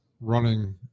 running